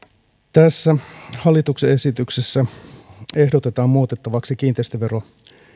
tässä hallituksen esityksessä ehdotetaan muutettavaksi kiinteistöverolain